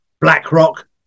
BlackRock